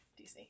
DC